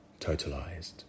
totalized